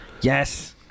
yes